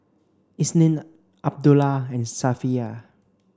Isnin Abdullah and Safiya